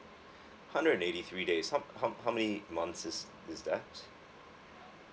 hundred and eighty three days how how how many months is is that